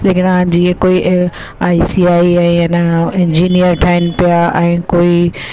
लेकिनि हा जीअं कोई आई सी आई ऐं एन इंजनियर ठहिनि पिया ऐं कोई